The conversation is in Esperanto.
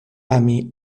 ami